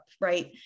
right